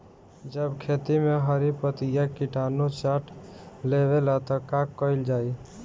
जब खेत मे हरी पतीया किटानु चाट लेवेला तऽ का कईल जाई?